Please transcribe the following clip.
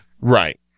right